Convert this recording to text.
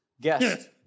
guest